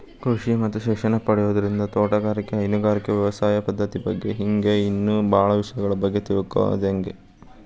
ಕೃಷಿ ಶಿಕ್ಷಣ ಪಡಿಯೋದ್ರಿಂದ ತೋಟಗಾರಿಕೆ, ಹೈನುಗಾರಿಕೆ, ವ್ಯವಸಾಯ ಪದ್ದತಿ ಬಗ್ಗೆ ಹಿಂಗ್ ಇನ್ನೂ ಬಾಳ ವಿಷಯಗಳ ಬಗ್ಗೆ ಕಲೇಬೋದು